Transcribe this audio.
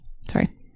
Sorry